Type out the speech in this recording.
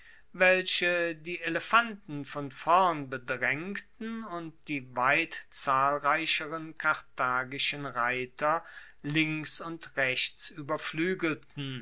welche die elefanten von vorn bedraengten und die weit zahlreicheren karthagischen reiter links und rechts